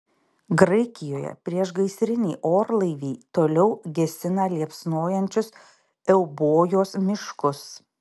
graikijoje priešgaisriniai orlaiviai toliau gesina liepsnojančius eubojos miškus